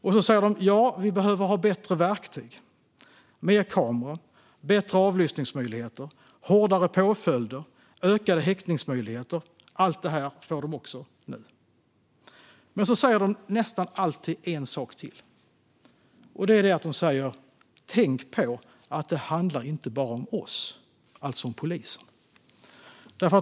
Sedan säger de att de behöver bättre verktyg - mer kameror, bättre avlyssningsmöjligheter, hårdare påföljder och ökade häktningsmöjligheter. Allt detta får de också nu. Sedan säger de nästan alltid en sak till, och det är: Tänk på att det inte bara handlar om oss! Då menar de alltså polisen.